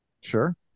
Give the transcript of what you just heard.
Sure